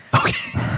Okay